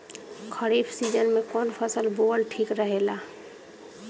खरीफ़ season में कौन फसल बोअल ठिक रहेला ह?